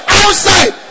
outside